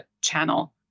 channel